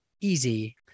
easy